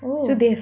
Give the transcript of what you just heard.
oh